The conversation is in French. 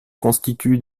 constituent